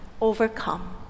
overcome